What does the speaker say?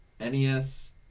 NES